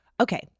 Okay